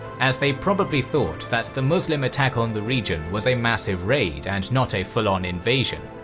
as they probably thought that the muslim attack on the region was a massive raid and not a full-on invasion.